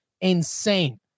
insane